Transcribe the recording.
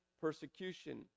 persecution